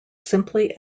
simply